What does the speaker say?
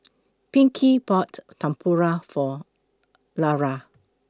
Pinkie bought Tempura For Lara